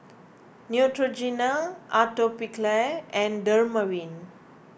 Neutrogena Atopiclair and Dermaveen